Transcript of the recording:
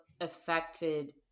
affected